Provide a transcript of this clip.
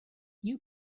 you